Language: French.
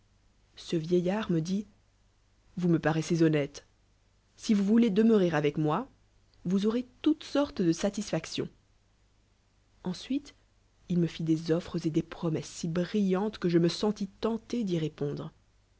ce vieillard me dit vous me paraissez honnête si vous voulez demeurer avec moi vous aurez toutes sortes de satisfac hons ensuile il me fit des effrs et des promesses si brillantes queje me sentis tenter d'y fiepondre